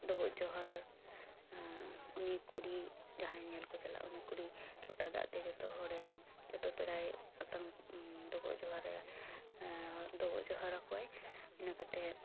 ᱰᱚᱵᱚᱜ ᱡᱚᱦᱟᱨ ᱩᱱᱤ ᱠᱩᱲᱤ ᱡᱟᱦᱟᱭ ᱧᱮᱧᱮᱞ ᱠᱚ ᱪᱟᱞᱟᱜ ᱩᱱᱤ ᱠᱩᱲᱤ ᱞᱚᱴᱟ ᱫᱟᱜ ᱛᱮ ᱡᱚᱛᱚ ᱦᱚᱲᱮ ᱡᱚᱛᱚ ᱯᱮᱲᱟᱭ ᱟᱛᱟᱝ ᱰᱚᱵᱚᱜ ᱡᱚᱦᱟᱨᱮ ᱰᱚᱵᱚᱜ ᱡᱚᱦᱟᱨ ᱟᱠᱚᱭᱟᱭ ᱤᱱᱟᱹ ᱠᱟᱛᱮ